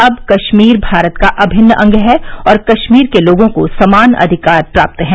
अब कश्मीर भारत का अभिन्न अंग है और कश्मीर के लोगों को समान अधिकार प्राप्त हैं